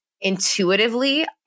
intuitively